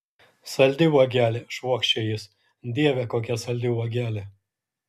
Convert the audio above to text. saldi uogelė švokščia jis dieve kokia saldi uogelė